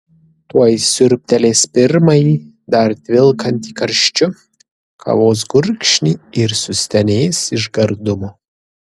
tuoj siurbtelės pirmąjį dar tvilkantį karščiu kavos gurkšnį ir sustenės iš gardumo